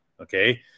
Okay